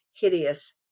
hideous